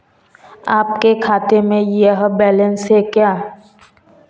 आपके खाते में यह बैलेंस है क्या?